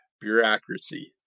bureaucracy